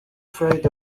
afraid